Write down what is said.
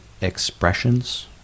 expressions